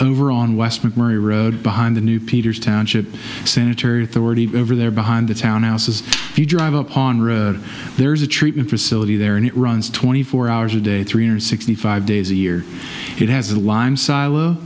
over on west mcmurry road behind the new peter's township senator authority over there behind the townhouses you drive up on there's a treatment facility there and it runs twenty four hours a day three hundred sixty five days a year it has a lime silo